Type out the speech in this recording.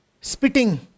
spitting